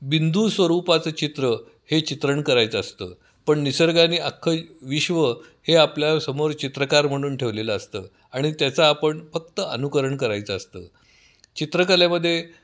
बिंदू स्वरूपाचं चित्र हे चित्रण करायचं असतं पण निसर्गाने अख्खं विश्व हे आपल्या समोर चित्रकार म्हणून ठेवलेलं असतं आणि त्याचा आपण फक्त अनुकरण करायचं असतं चित्रकलेमध्ये